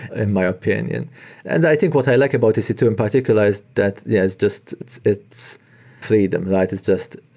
in my opinion and i think what i like about e c two in particular is that yes, just its its freedom and is just,